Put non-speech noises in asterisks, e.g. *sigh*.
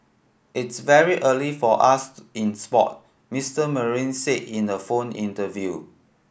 it's very early for us *unintelligible* in sport Mister Marine said in a phone interview